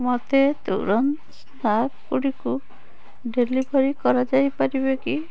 ମୋତେ ତୁରନ୍ତ ସ୍ନାକ୍ସ୍ ଗୁଡ଼ିକୁ ଡେଲିଭର୍ କରାଯାଇପାରିବେ କି